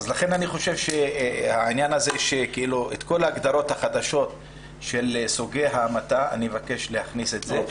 לכן את כל ההגדרות החדשות של סוגי ההמתה אני מבקש לכלול.